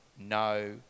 no